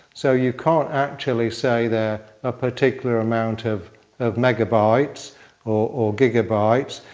so you can't actually say they're a particular amount of of megabytes or or gigabytes.